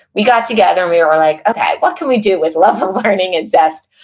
we got together, and we were like, okay, what can we do with love of learning and zest?